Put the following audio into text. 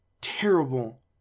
terrible